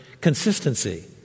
consistency